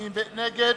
מי נגד?